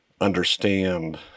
understand